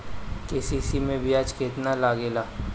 KCC मै ब्याज केतनि लागेला?